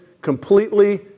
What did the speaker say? completely